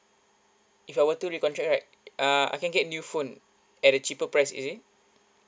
if I were to recontract right uh I can get new phone at a cheaper price is it